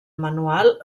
manual